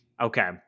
Okay